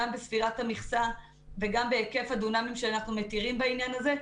גם בספירת המכסה וגם בהיקף הדונמים שאנחנו מתירים בעניין זה,